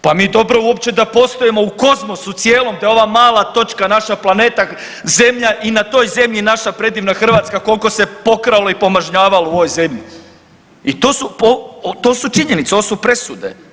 pa mi dobro da uopće postojimo u kozmosu cijelom, da ova mala točka naša planeta zemlja i na toj zemlji naša predivna Hrvatska koliko se pokralo i pomažnjavalo u ovoj zemlji, i to su činjenice, ovo su presude.